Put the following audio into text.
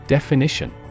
Definition